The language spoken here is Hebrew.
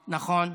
נכון,